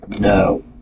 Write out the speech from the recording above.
no